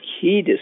key